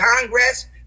Congress